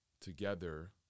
together